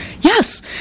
yes